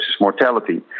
mortality